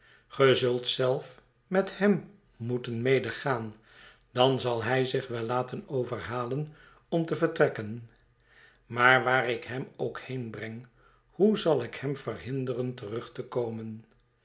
zult zelf met hem moeten medegaan dan zai hij zich wel laten overhalen om te vertrekken maar waar ik hem ook heenbreng hoe zal ik hem verhinderen terug te komen